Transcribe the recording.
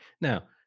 Now